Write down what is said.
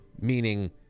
meaning